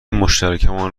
مشترکمان